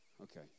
Okay